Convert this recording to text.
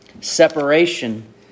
Separation